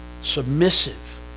submissive